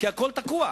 כי הכול תקוע?